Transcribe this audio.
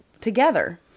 together